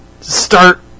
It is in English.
start